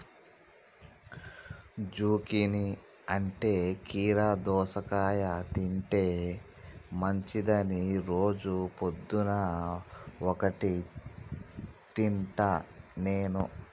zucchini అంటే కీరా దోసకాయ తింటే మంచిదని రోజు పొద్దున్న ఒక్కటి తింటా నేను